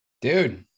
dude